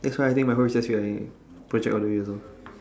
that's why I think my whole relationship I project all the way also